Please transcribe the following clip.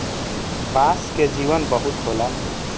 बांस के जीवन बहुत होला